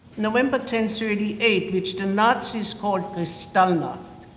november ten thirty eight which the nazis call kristallnacht.